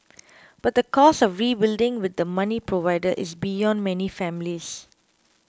but the cost of rebuilding with the money provided is beyond many families